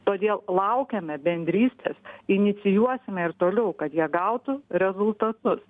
todėl laukiame bendrystės inicijuosime ir toliau kad jie gautų rezultatus